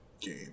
game